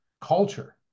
culture